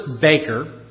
Baker